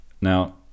Now